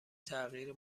تغییر